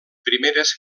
primeres